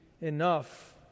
enough